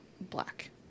black